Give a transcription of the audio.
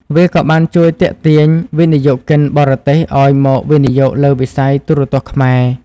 វាក៏បានជួយទាក់ទាញវិនិយោគិនបរទេសឱ្យមកវិនិយោគលើវិស័យទូរទស្សន៍ខ្មែរ។